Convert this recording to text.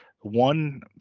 One